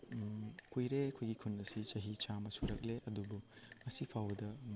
ꯀꯨꯏꯔꯦ ꯑꯩꯈꯣꯏꯒꯤ ꯈꯨꯟ ꯑꯁꯤ ꯆꯍꯤ ꯆꯥꯝꯃ ꯁꯨꯔꯛꯂꯦ ꯑꯗꯨꯕꯨ ꯉꯁꯤ ꯐꯥꯎꯕꯗ